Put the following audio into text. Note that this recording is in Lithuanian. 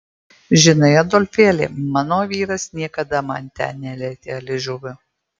žinai adolfėli mano vyras niekada man ten nelietė liežuviu